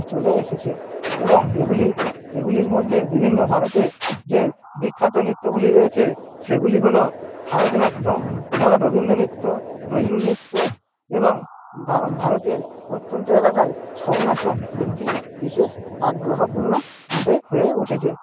চলে এসেছে এবং এগুলি এগুলির মধ্যে বিভিন্ন ভারতের যে বিখ্যাত নৃত্যগুলি রয়েছে সেগুলি হলো ভারতনাট্যম এছাড়া রবীন্দনৃত্য নজরুলনৃত্য এবং ভারতের প্রত্যন্ত এলাকায় ছৌ নাচও একটি বিশেষ আগ্রহপূর্ণ বিষয় হয়ে উঠেছে